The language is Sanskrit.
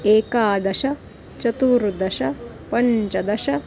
एकादश चतूॊुर्दश पञ्चदश